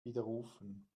widerrufen